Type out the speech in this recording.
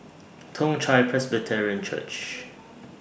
Toong Chai Presbyterian Church